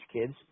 kids